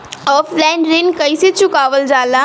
Offline ऋण कइसे चुकवाल जाला?